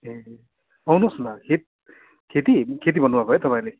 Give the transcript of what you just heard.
ए आउनुुहोस् न खेत खेती भन्नुभएको है तपाईँहरूले